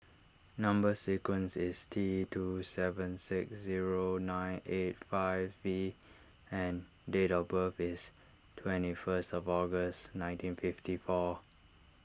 Number Sequence is T two seven six zero nine eight five V and date of birth is twenty first of August nineteen fifty four